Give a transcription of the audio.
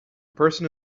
person